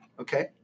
Okay